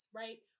right